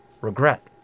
regret